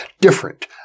different